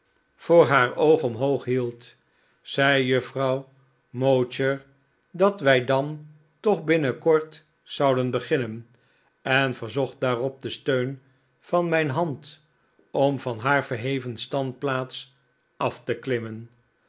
voor haar eene oog omhoog hield zei juffrouw mowcher dat wij dan toch binnenkort zouden beginnen en verzocht daarop den steun van mijn hand om van haar verheven standplaats af te klimmen